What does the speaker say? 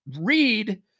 read